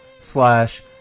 slash